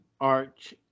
Arch